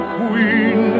queen